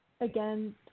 again